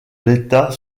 l’état